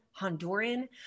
Honduran